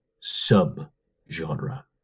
sub-genre